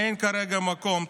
אין כרגע מקום.